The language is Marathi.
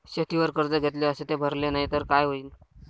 शेतीवर कर्ज घेतले अस ते भरले नाही तर काय होईन?